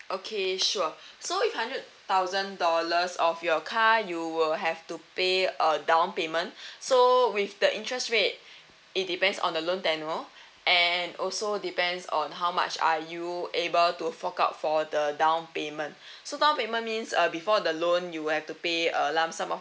okay sure so if hundred thousand dollars of your car you will have to pay a down payment so with the interest rate it depends on the loan tenure and also depends on how much are you able to fork out for the down payment so down payment means uh before the loan you would have to pay a lump sum of